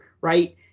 Right